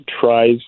tries